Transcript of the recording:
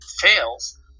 fails